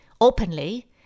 openly